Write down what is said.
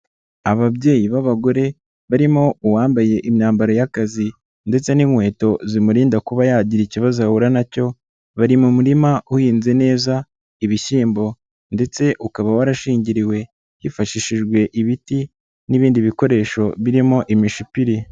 Ababyeyi b'abagore barimo uwambaye imyambaro y'akazi ndetse n'inkweto zimurinda kuba yagira ikibazo ahura nacyo, bari mu murima uhinze neza ibishyimbo ndetse ukaba warashingiriwe hifashishijwe ibiti n'ibindi bikoresho birimo imishipiri.